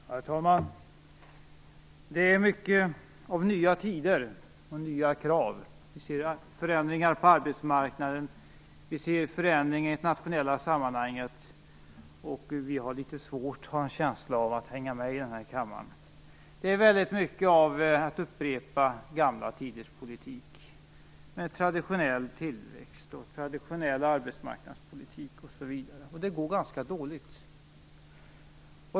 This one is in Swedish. Herr talman! Det här handlar mycket om nya tider och nya krav. Vi ser förändringar på arbetsmarknaden och i internationella sammanhang. Vi har litet svårt, har jag en känsla av, att hänga med här i kammaren. Det är väldigt mycket fråga om att upprepa gammal tiders politik med traditionell tillväxt, traditionell arbetsmarknadspolitik osv. Det går ganska dåligt.